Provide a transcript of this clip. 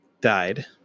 died